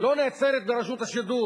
לא נעצרת ברשות השידור.